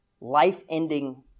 life-ending